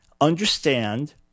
understand